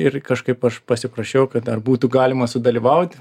ir kažkaip aš pasiprašiau kad ar būtų galima sudalyvauti